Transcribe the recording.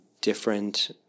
different